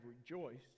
rejoiced